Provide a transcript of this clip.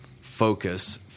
focus